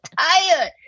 tired